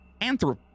anthrop